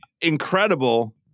incredible